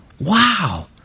Wow